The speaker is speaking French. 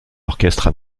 orchestres